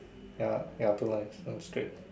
ya ya blue lines some straight